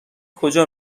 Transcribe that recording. کجا